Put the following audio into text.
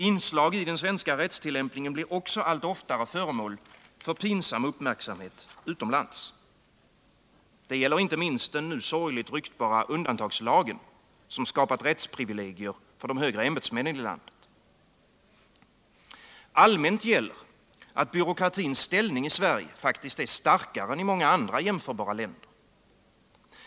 Inslag i den svenska rättstillämpningen blir också allt oftare föremål för pinsam uppmärksamhet utomlands. Det gäller inte minst den nu sorgligt ryktbara undantagslagen, som skapat rättsprivilegier för de högre ämbetsmännen i landet. Allmänt gäller att byråkratins ställning i Sverige i själva verket är starkare än i många andra jämförbara länder.